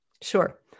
Sure